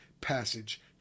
passage